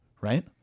Right